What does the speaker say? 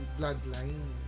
bloodline